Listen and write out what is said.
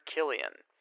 Killian